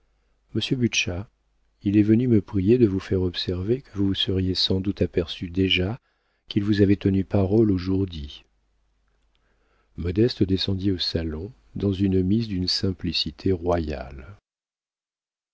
il est venu me prier de vous faire observer que vous vous seriez sans doute aperçue déjà qu'il vous avait tenu parole au jour dit modeste descendit au salon dans une mise d'une simplicité royale